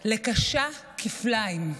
לקשה כפליים.